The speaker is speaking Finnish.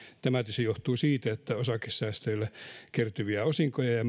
tämä tietysti johtuu siitä että osakesäästäjille kertyviä osinkoja ja